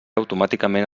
automàticament